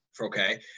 okay